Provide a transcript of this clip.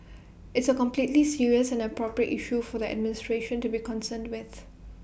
it's A completely serious and appropriate issue for the administration to be concerned with